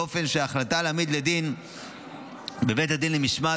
באופן שההחלטה להעמיד לדין בבית הדין למשמעת